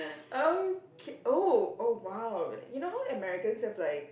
okay oh oh !wow! you know how the Americans have like